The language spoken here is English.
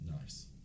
Nice